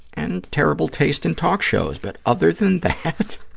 and terrible taste in talk shows, but other than that.